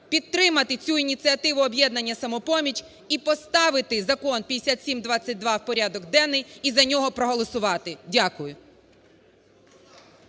підтримати цю ініціативу "Об'єднання "Самопоміч" і поставити Закон 5722 в порядок денний, і за нього проголосувати. Дякую.